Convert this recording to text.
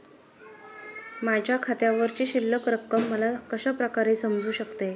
माझ्या खात्यावरची शिल्लक रक्कम मला कशा प्रकारे समजू शकते?